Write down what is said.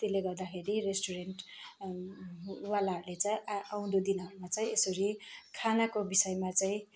त्यसले गर्दाखेरि रेस्टुरेन्ट वालाहरूले चाहिँ आउँदो दिनहरूमा चाहिँ यसरी खानाको विषयमा चाहिँ